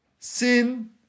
Sin